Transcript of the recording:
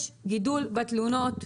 יש גידול בתלונות,